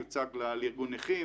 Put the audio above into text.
יוצג לארגון נכים,